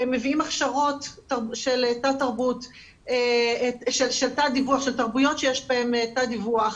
מביאים הכשרות של תת-דיווח של תרבויות שיש בהן תת דיווח,